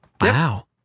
wow